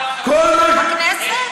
בכנסת?